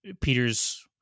Peter's